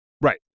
right